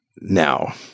Now